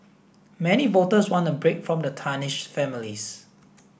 many voters want a break from the tarnished families